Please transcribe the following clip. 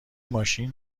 ماشین